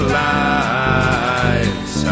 lives